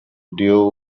deal